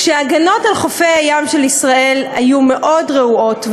כשההגנות על חופי הים של ישראל היו מאוד רעועות,